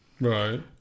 Right